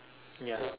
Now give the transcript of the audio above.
yeah